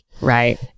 right